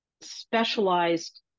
specialized